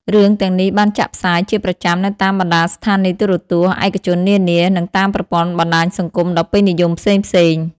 រឿងទាំងនេះបានចាក់ផ្សាយជាប្រចាំនៅតាមបណ្តាស្ថានីយទូរទស្សន៍ឯកជននានា និងតាមប្រព័ន្ធបណ្តាញសង្គមដ៏ពេញនិយមផ្សេងៗ។